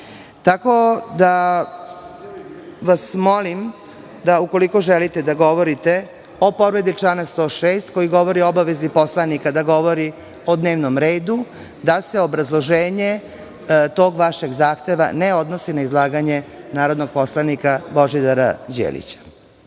103.Tako da vas molim, da ukoliko želite da govorite o povredi člana 106. koji govori o obavezi poslanika da govori o dnevnom redu, da se obrazloženje tog vašeg zahteva ne odnosi na izlaganje narodnog poslanika Božidara Đelića.